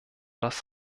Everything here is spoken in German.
das